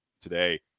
today